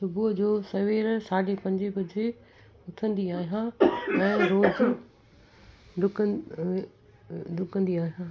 सुबुह जो सवेल साढे पंजे बजे उथंदी आहियां ऐं रोज़ु डुकंद डुकंदी आहियां